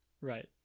right